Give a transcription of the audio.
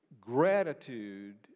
gratitude